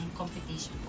competition